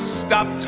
stop